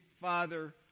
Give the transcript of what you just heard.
Father